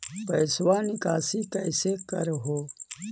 पैसवा निकासी कैसे कर हो?